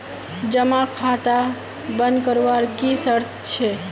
जमा खाता बन करवार की शर्त छे?